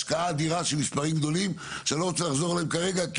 השקעה אדירה של מספרים גדולים שאני לא רוצה לחזור עליהם כרגע,